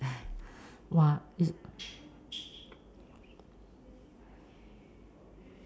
!wah! is